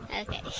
Okay